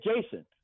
Jason